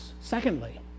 Secondly